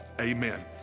Amen